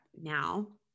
now